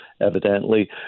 evidently